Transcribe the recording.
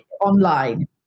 online